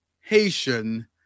Haitian